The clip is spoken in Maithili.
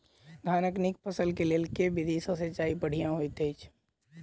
धानक नीक फसल केँ लेल केँ विधि सँ सिंचाई बढ़िया होइत अछि?